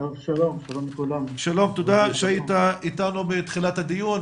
תודה שהיית איתנו בתחילת הדיון,